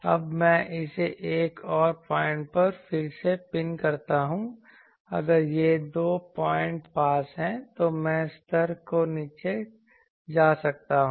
अब मैं इसे एक और पॉइंट पर फिर से पिन करता हूं अगर ये दो पॉइंट पास हैं तो मैं स्तर को नीचे जा सकता हूं